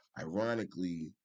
ironically